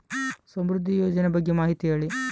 ಸಮೃದ್ಧಿ ಯೋಜನೆ ಬಗ್ಗೆ ಮಾಹಿತಿ ಹೇಳಿ?